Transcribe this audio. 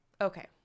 Okay